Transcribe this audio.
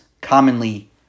commonly